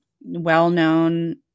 well-known